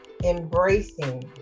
Embracing